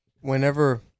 Whenever –